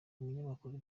umunyamakuru